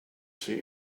see